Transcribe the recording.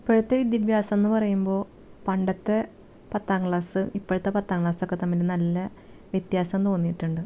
ഇപ്പോഴത്തെ വിദ്യാഭ്യാസം എന്ന് പറയുമ്പോൾ പണ്ടത്തെ പത്താം ക്ലാസ് ഇപ്പോഴത്തെ പത്താം ക്ലാസ് ഒക്കെ തമ്മിൽ നല്ല വ്യത്യാസം തോന്നിയിട്ടുണ്ട്